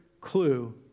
clue